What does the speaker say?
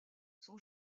son